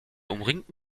umringten